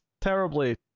terribly